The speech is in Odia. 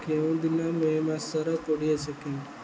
କେଉଁଦିନ ମେ ମାସର କୋଡ଼ିଏ ସେକେଣ୍ଡ